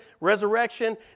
resurrection